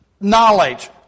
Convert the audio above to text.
knowledge